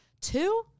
two